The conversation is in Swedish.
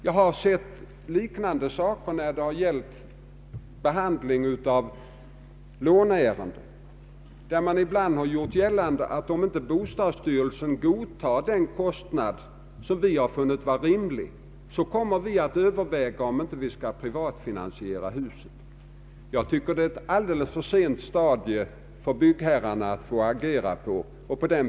Jag har sett liknande saker när det gällt behandlingen av låneärenden, där byggherren ibland gjort gällande att om inte bostadsstyrelsen godtar den kostnad som byggherren funnit rimlig, skulle han i stället privatfinansiera huset. Jag anser att det är ett alldeles för sent stadium att då låta byggherrarna agera godtyckligt.